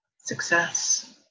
Success